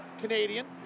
Canadian